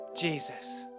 Jesus